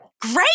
Great